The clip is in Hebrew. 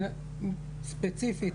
בממוצעים הארציים או ביישובים היהודיים,